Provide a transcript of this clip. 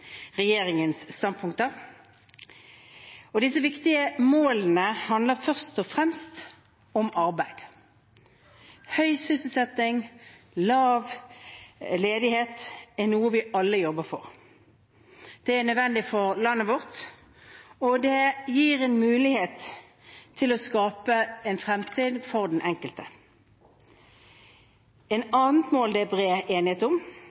regjeringens standpunkter. Disse viktige målene handler først og fremst om arbeid. Høy sysselsetting og lav ledighet er noe vi alle jobber for. Det er nødvendig for landet vårt, og det gir en mulighet til å skape en fremtid for den enkelte. Et annet mål det er bred enighet om,